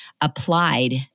applied